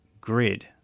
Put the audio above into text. grid